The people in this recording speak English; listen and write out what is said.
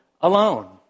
alone